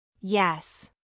Yes